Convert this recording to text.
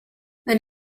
then